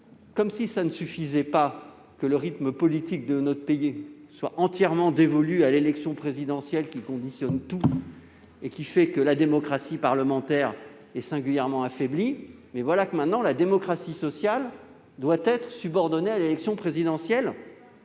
comme s'il ne suffisait pas que le rythme politique de notre pays soit entièrement réglé sur l'élection présidentielle, au point que notre démocratie parlementaire est singulièrement affaiblie, voilà maintenant que la démocratie sociale doit aussi être subordonnée à l'élection présidentielle